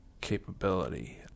capability